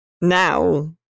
Now